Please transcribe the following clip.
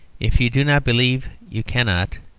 if you do not believe, you cannot.